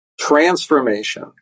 transformation